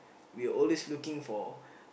we'll always looking for